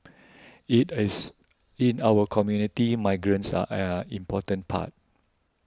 in as in our community migrants are an important part